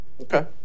Okay